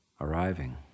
arriving